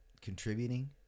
contributing